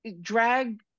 drag